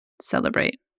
celebrate